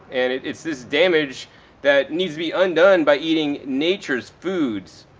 and it's this damage that needs to be undone by eating nature's foods,